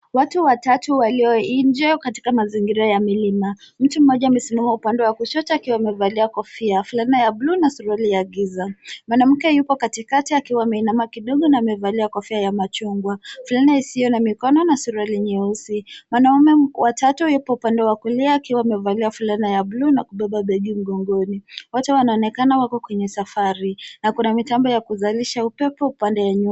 Watu watatu walio nje katika mazingira ya milima. Mtu mmoja amesima upande wa kushoto akiwa amevalia kofia, fulana ya buluu na suruali ya giza. Mwanamke yupo katikati akiwa ameinama kidogo na amevalia kofia ya machungwa, fulana isiyo na mikono na suruali nyeusi. Wanaume wa tatu yuko upande wa kulia akiwa amevalia fulana ya buluu na kubeba begi mgongoni. Wote wanaonekana wako kwenye safari na kuna itambo ya kuzalisha upepo upande wa nyuma.